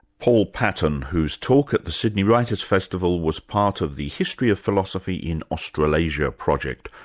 paul patton, whose talk at the sydney writers' festival was part of the history of philosophy in australasia project,